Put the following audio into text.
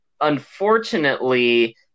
unfortunately